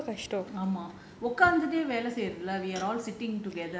உக்காந்துட்டே வேலை செய்றது:ukkanthute vela seirathu